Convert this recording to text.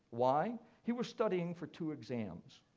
why? he was studying for two exams.